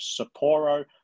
Sapporo